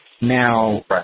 Now